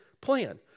plan